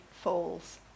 falls